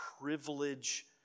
privilege